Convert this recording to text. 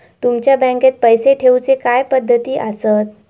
तुमच्या बँकेत पैसे ठेऊचे काय पद्धती आसत?